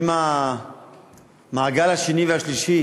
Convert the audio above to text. עם המעגל השני והשלישי